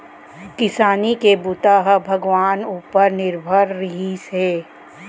किसानी के बूता ह भगवान उपर निरभर रिहिस हे